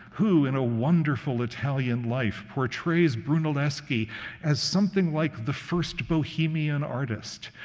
who, in a wonderful italian life, portrays brunelleschi as something like the first bohemian artist.